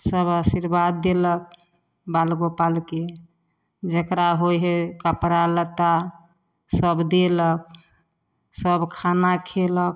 सब आशीर्वाद देलक बाल गोपालके जकरा होइ हइ कपड़ा लत्ता सब देलक सब खाना खएलक